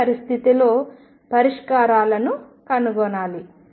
ఆ పరిస్థితిలో పరిష్కారాలను కనుగొనాలి